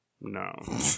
No